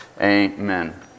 Amen